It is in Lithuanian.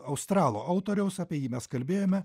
australų autoriaus apie jį mes kalbėjome